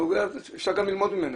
אפשר גם ללמוד ממנה.